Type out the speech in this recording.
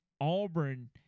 Auburn